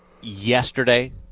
yesterday